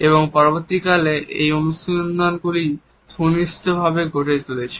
এবং পরবর্তীকালে এই অনুসন্ধানগুলি সুনিশ্চিত হয়েছে